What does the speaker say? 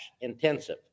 intensive